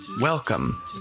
Welcome